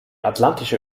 atlantische